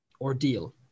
ordeal